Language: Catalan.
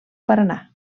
paranà